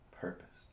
purpose